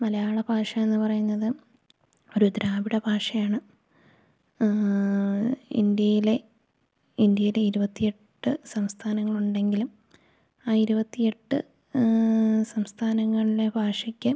മലയാള ഭാഷ എന്നുപറയുന്നത് ഒരു ദ്രാവിഡ ഭാഷയാണ് ഇന്ത്യയില് ഇരുപത്തിയെട്ടു സംസ്ഥാനങ്ങളുണ്ടെങ്കിലും ആ ഇരുപത്തിയെട്ട് സംസ്ഥാനങ്ങളുടെ ഭാഷയ്ക്ക്